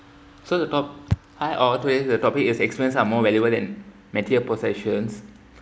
so the top~ hi all today the topic is experiences are more relevant than material possessions